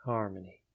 Harmony